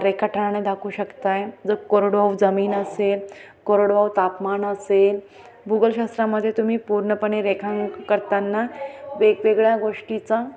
रेखाटनाने दाखवू शकत आहात जर कोरडवाहू जमीन असेल कोरडवाहू तापमान असेल भूगोलशास्त्रामध्ये तुम्ही पूर्णपणे रेखांक करताना वेगवेगळ्या गोष्टीचा